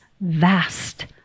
vast